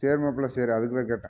சரி மாப்பிள சரி அதுக்குதான் கேட்டேன்